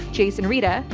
jason rita,